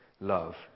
love